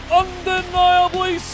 undeniably